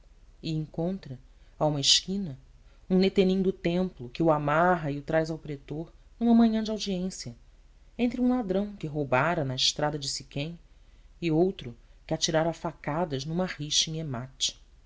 e encontra a uma esquina um netenim do templo que o amarra e o traz ao pretor numa manhã de audiência entre um ladrão que roubara na estrada de siquém e outro que atirara facadas numa rixa